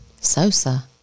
Sosa